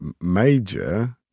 major